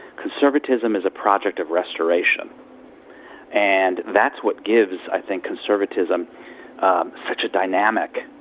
conservatism is a project of restoration and that's what gives, i think, conservatism um such a dynamic,